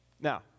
Now